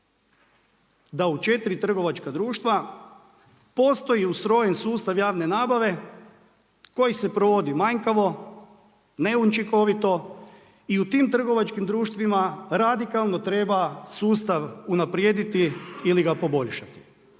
da u četiri trgovačka društva postoji ustrojen sustav javne nabave koji se provodi manjkavo, neučinkovito i u tim trgovačkim društvima radikalno treba sustav unaprijediti ili ga poboljšati.